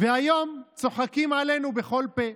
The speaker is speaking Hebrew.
והיום צוחקים עלינו בכל פה.